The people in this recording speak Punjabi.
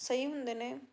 ਸਹੀ ਹੁੰਦੇ ਨੇ